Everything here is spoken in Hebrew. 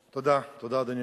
פיצול דירות) (הוראת שעה), התשע"א 2011,